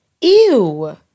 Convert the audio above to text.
Ew